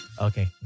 Okay